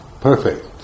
perfect